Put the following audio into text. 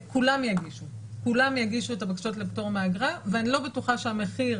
כולם יגישו את הבקשות לפטור מאגרה ואני לא בטוחה שהמחיר